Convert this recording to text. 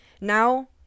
now